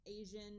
Asian